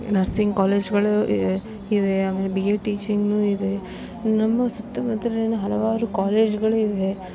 nursing ಕಾಲೇಜ್ಗಳು ಇವೆ ಇವೆ ಆಮೇಲೆ ಬಿ ಎಡ್ ಟೀಚಿಂಗ್ ಇವೆ ನಮ್ಮ ಸುತ್ತಮುತ್ತಲಿನ ಹಲವಾರು ಕಾಲೇಜ್ಗಳು ಇವೆ